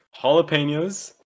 jalapenos